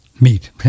meat